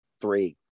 three